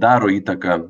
daro įtaką